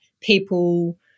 people